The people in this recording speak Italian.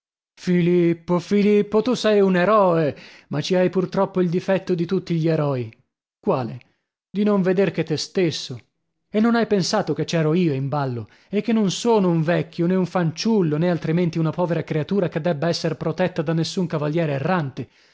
filippo filippo tu sei un eroe ma ci hai pur troppo il difetto di tutti gli eroi quale di non veder che te stesso e non hai pensato che c'ero io in ballo e che non sono un vecchio nè un fanciullo nè altrimenti una povera creatura che debba esser protetta da nessun cavaliere errante